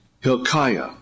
Hilkiah